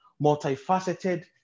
multifaceted